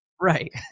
Right